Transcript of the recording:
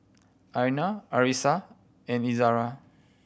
Aina Arissa and Izara